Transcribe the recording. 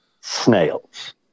snails